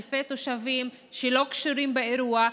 אלפי תושבים שלא קשורים לאירוע.